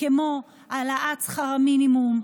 כמו העלאת שכר המינימום,